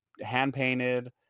hand-painted